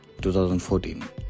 2014